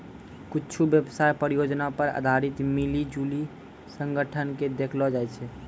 कुच्छु व्यवसाय परियोजना पर आधारित मिली जुली संगठन के देखैलो जाय छै